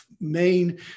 main